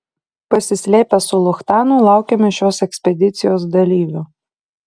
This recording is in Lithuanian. pasislėpę su luchtanu laukėme šios ekspedicijos dalyvių